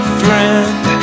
friend